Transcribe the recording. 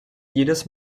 jedes